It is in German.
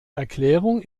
erklärung